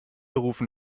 rufen